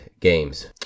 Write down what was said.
games